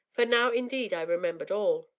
for now indeed i remembered all,